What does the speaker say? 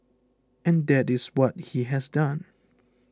and that is what he has done